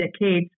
decades